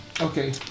Okay